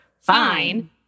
fine